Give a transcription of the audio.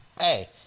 hey